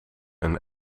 een